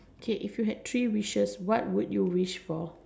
okay if you have three wishes what would you wish for